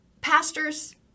Pastors